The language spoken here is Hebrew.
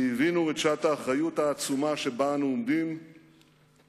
שהבינו את שעת האחריות העצומה שבה אנו עומדים והחליטו,